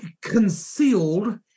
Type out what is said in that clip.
concealed